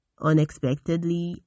unexpectedly